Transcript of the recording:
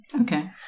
okay